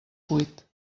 cuit